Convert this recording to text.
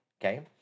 okay